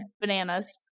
bananas